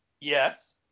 Yes